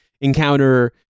encounter